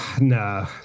no